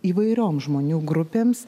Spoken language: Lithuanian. įvairiom žmonių grupėms